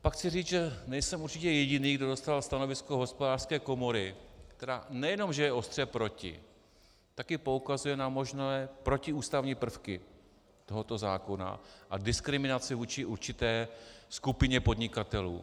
Pak chci říct, že nejsem určitě jediný, kdo zastával stanovisko Hospodářské komory, která nejenom že je ostře proti, taky poukazuje na možné protiústavní prvky tohoto zákona a diskriminaci vůči určité skupině podnikatelů.